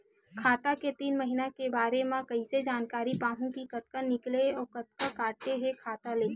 खाता के तीन महिना के बारे मा कइसे जानकारी पाहूं कि कतका निकले हे अउ कतका काटे हे खाता ले?